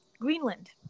greenland